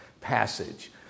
passage